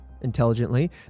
intelligently